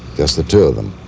just the two of them.